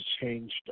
changed